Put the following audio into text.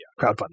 crowdfunding